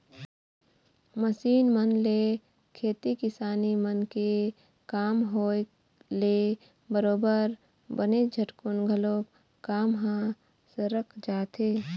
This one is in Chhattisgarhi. मसीन मन ले खेती किसानी मन के काम होय ले बरोबर बनेच झटकुन घलोक काम ह सरक जाथे